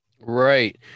Right